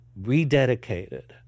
rededicated